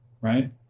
right